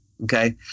okay